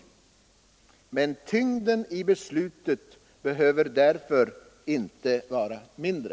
Men tyngden i besluten behöver därför inte vara mindre.